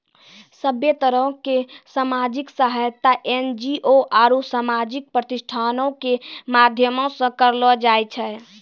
सभ्भे तरहो के समाजिक सहायता एन.जी.ओ आरु समाजिक प्रतिष्ठानो के माध्यमो से करलो जाय छै